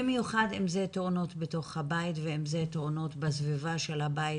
זה במיוחד אם זו תאונה בתוך הבית או בסביבת הבית,